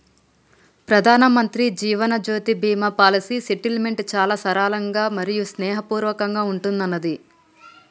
ప్రధానమంత్రి Jeevan Jyoti Bima policy settlement చాలా సరళంగా మరియు స్నేహపూర్వకంగా ఉంటున్నాది